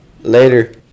later